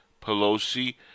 Pelosi